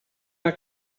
not